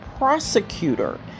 prosecutor